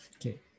Okay